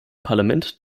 parlament